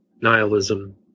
nihilism